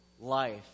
life